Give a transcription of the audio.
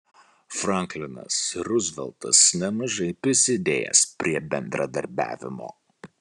franklinas ruzveltas nemažai prisidėjęs prie bendradarbiavimo